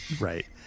Right